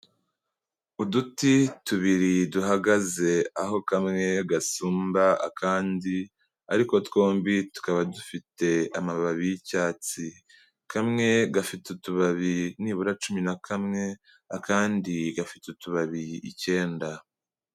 Uduti tubiri duhagaze, aho kamwe gasumba akandi ariko twombi tukaba dufite amababi y'icyatsi, kamwe gafite utubabi nibura cumi na kamwe, akandi gafite utubabi icyenda.